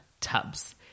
tubs